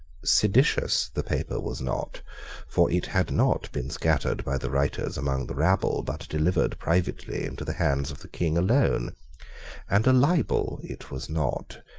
seditious the paper was not for it had not been scattered by the writers among the rabble, but delivered privately into the hands of the king alone and a libel it was not,